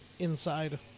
Inside